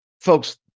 Folks